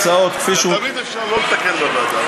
תמיד אפשר לא לתקן בוועדה,